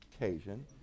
occasion